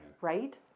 right